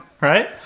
right